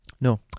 No